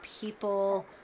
people